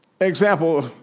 Example